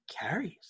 carries